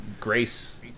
Grace